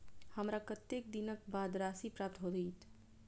हमरा कत्तेक दिनक बाद राशि प्राप्त होइत?